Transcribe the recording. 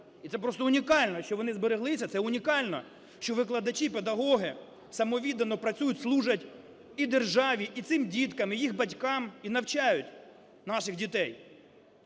І це просто унікально, що вони збереглися, це унікально, що викладачі, педагоги самовіддано працюють, служать і державі, і цим діткам, і їх батькам, і навчають наших дітей.